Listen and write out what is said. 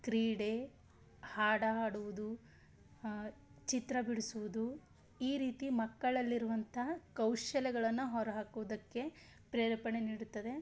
ಕ್ರೀಡೆ ಹಾಡಾಡುವುದು ಚಿತ್ರ ಬಿಡಿಸುವುದು ಈ ರೀತಿ ಮಕ್ಕಳಲ್ಲಿರುವಂತಹ ಕೌಶಲ್ಯಗಳನ್ನು ಹೊರಹಾಕೋದಕ್ಕೆ ಪ್ರೇರೇಪಣೆ ನೀಡುತ್ತದೆ